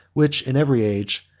which, in every age,